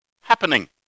happening